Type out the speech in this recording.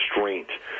restraint